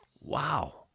Wow